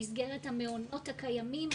במסגרת המעונות הקיימים.